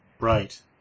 Right